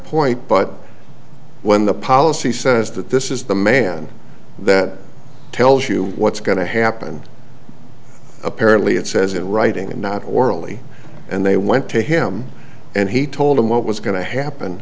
point but when the policy says that this is the man that tells you what's going to happen apparently it says in writing and not orally and they went to him and he told them what was going to happen